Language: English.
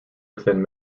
within